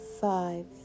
five